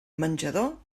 menjador